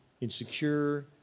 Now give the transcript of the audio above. insecure